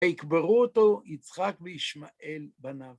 ויקברו אותו יצחק וישמעאל בניו.